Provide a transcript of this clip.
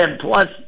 plus